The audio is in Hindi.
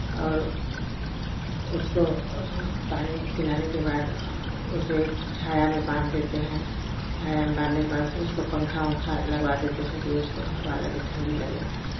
और उसको पानी पिलाने के बाद उसे छाया में बाँध देते हैं छाया में बाँधने के बाद उसको पंखा ओंखा लगवा देते हैं कि उसको हवा लगे ठंडी लगे